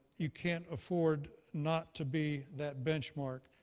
you can't afford not to be that benchmark.